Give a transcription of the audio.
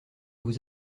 vous